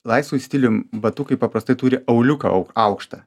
laisvu stilium batukai paprastai turi auliuką au aukštą